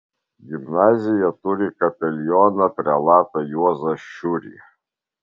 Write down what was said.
gimnazija turi kapelioną prelatą juozą šiurį